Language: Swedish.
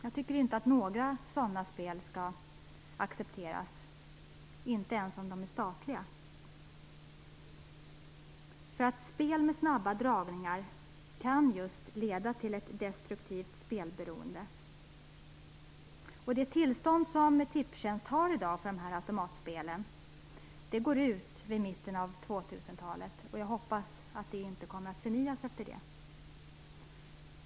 Jag tycker inte att några sådana spel skall accepteras, inte ens om de är statliga. Spel med snabba dragningar kan leda till just ett destruktivt spelberoende. Det tillstånd som Tipstjänst i dag har för automatspel går ut år 2005 och jag hoppas att det inte kommer att förnyas.